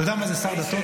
אתה יודע מה זה שר דתות?